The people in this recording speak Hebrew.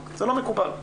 זה לא מקובל.